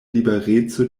libereco